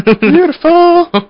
Beautiful